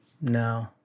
No